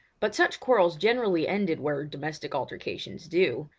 but such quarrels generally ended where domestic altercations do,